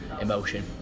emotion